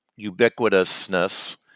ubiquitousness